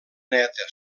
neta